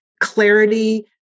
clarity